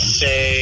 say